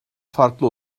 farklı